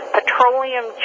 Petroleum